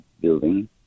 building